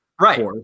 right